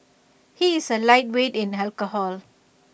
he is A lightweight in alcohol